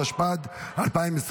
התשפ"ד 2024,